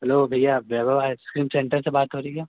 hello भैया Vaibhav ice cream centre से बात हो रही क्या